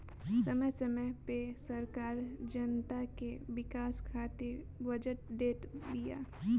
समय समय पअ सरकार जनता के विकास खातिर बजट देत बिया